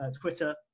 Twitter